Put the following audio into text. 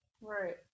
Right